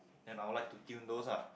then I would like to tune those ah